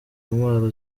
ntwaro